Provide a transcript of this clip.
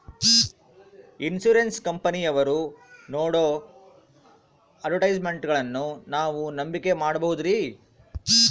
Insurance ಕಂಪನಿಯವರು ನೇಡೋ ಅಡ್ವರ್ಟೈಸ್ಮೆಂಟ್ಗಳನ್ನು ನಾವು ನಂಬಿಕೆ ಮಾಡಬಹುದ್ರಿ?